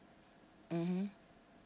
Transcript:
mmhmm